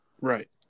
Right